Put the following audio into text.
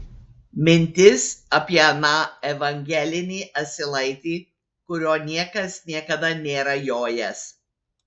mintis apie aną evangelinį asilaitį kuriuo niekas niekada nėra jojęs